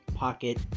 Pocket